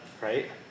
right